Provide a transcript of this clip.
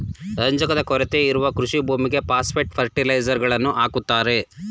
ರಂಜಕದ ಕೊರತೆ ಇರುವ ಕೃಷಿ ಭೂಮಿಗೆ ಪಾಸ್ಪೆಟ್ ಫರ್ಟಿಲೈಸರ್ಸ್ ಗಳನ್ನು ಹಾಕುತ್ತಾರೆ